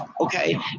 okay